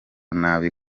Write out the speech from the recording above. nabi